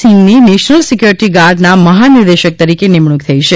સિંઘની national security ગાર્ડના મહાનિર્દેશક તરીકે નિમણૂંક થઈ છે